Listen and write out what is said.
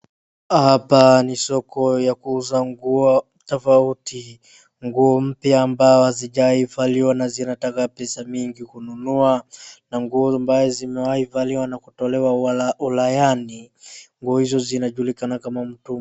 Hapa ni soko ya kuuza nguo tofauti. Nguo mpya ambao hazijaivaliwa na zinataka pesa mingi kununua na nguo ambayo zimewaivaliwa na kutolewa ulayani, nguo hizo zinajulikana kama mtumba.